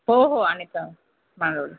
हो हो अनिता